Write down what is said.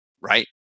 right